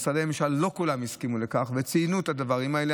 במשרדי הממשלה לא כולם הסכימו לכך וציינו את הדברים האלה,